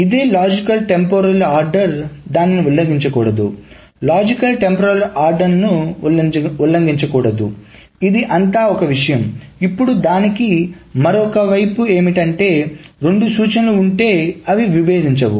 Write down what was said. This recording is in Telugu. ఇదే లాజికల్ టెంపరల్ ఆర్డర్ దానిని ఉల్లంఘించకూడదు లాజికల్ టెంపరల్ ఆర్డర్ ను ఉల్లంఘించకూడదు ఇది అంత ఒక విషయం ఇప్పుడు దానికి మరొక వైపు ఏమిటంటే రెండు సూచనలు ఉంటే అవి విభేదించవు